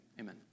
Amen